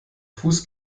fuß